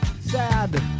Sad